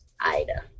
Ida